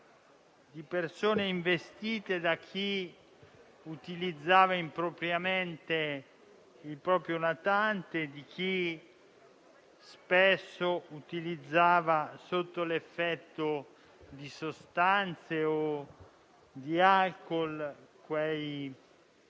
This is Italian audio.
di persone investite da chi utilizzava impropriamente il proprio natante, spesso sotto l'effetto di sostanze o di alcol. Ricordo